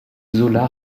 zola